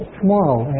tomorrow